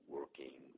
working